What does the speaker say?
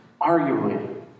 arguably